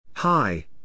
Hi